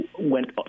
went